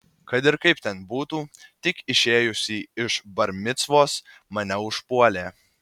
kad ir kaip ten būtų tik išėjusį iš bar micvos mane užpuolė